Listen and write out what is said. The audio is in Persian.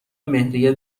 مهریه